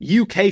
UK